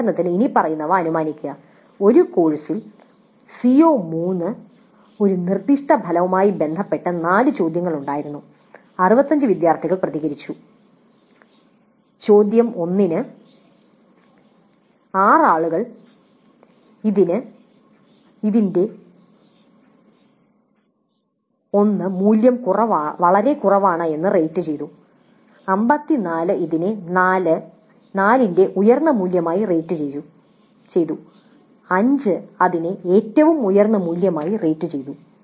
ഉദാഹരണത്തിന് ഇനിപ്പറയുന്നവ അനുമാനിക്കുക ഒരു കോഴ്സിൽ CO3 ഒരു നിർദ്ദിഷ്ട ഫലവുമായി ബന്ധപ്പെട്ട നാല് ചോദ്യങ്ങളുണ്ടായിരുന്നു 65 വിദ്യാർത്ഥികൾ പ്രതികരിച്ചു ചോദ്യത്തിന് 1 6 ആളുകൾ ഇത് 1 ന്റെ മൂല്യം വളരെ കുറവാണ് എന്ന് റേറ്റുചെയ്തു 54 ഇതിനെ 4 ന്റെ ഉയർന്ന മൂല്യമായി റേറ്റുചെയ്തു 5 അതിനെ 5 ഏറ്റവും ഉയർന്ന മൂല്യം എന്ന് റേറ്റുചെയ്തു